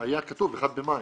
היה כתוב 1 במאי.